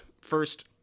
first